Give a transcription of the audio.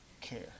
care